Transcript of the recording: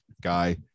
Guy